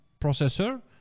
processor